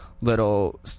little